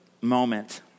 moment